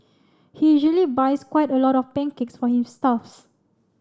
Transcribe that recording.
he usually buys quite a lot of pancakes for his staffs